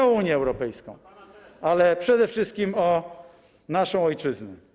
nie o Unię Europejską, ale przede wszystkim o naszą ojczyznę.